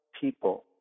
people